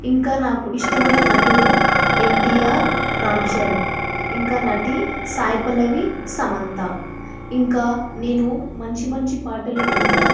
ఇంకా నాకు ఇష్టమైన నటుడు ఎన్టిఆర్ రామచరణ్ ఇంకా నటి సాయిపలవి సమంత ఇంకా నేను మంచి మంచి పాటలు అనగా